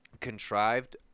contrived